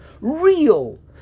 real